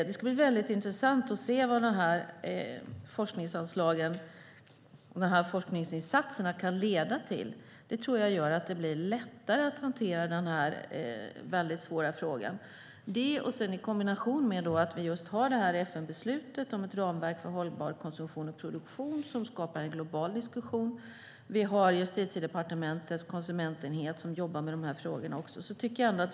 Det ska bli intressant att se vad forskningsanslagen och forskningsinsatserna kan leda till. Det kommer att göra det lättare att hantera den svåra frågan. Detta ska kombineras med FN-beslutet om ett ramverk för hållbar konsumtion och produktion, som skapar en global diskussion. Justitiedepartementets konsumentenhet jobbar också med frågorna.